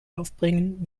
aufbringen